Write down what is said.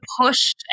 push